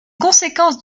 conséquence